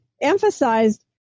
emphasized